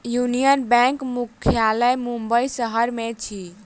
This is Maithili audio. यूनियन बैंकक मुख्यालय मुंबई शहर में अछि